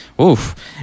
oof